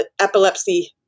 epilepsy